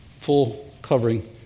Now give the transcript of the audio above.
full-covering